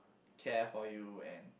care for you and